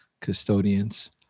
custodians